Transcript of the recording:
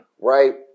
right